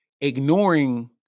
ignoring